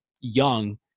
young –